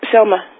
Selma